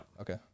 Okay